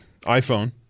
iPhone